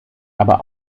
aber